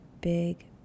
big